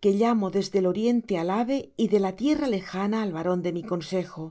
que llamo desde el oriente al ave y de tierra lejana al varón de mi consejo